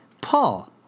Paul